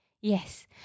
Yes